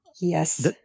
yes